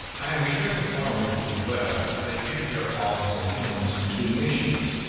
i am sure the farmers do well if they give their hogs and hens to missions.